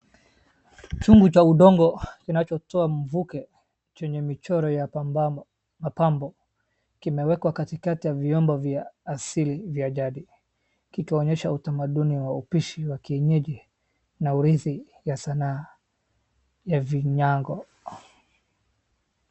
Chungu cha udongo kinachotoa mvuke chenye michoro ya pamba ama ya pambo kimewekwa katikati ya vyombo vya asili vya jadi, kikionyesha utamaduni wa upishi wa kienyeji na ulizi ya sanaa ya vinyago.